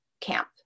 camp